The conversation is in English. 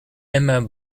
emma